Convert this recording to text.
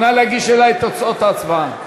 נא להגיש אלי את תוצאות ההצבעה.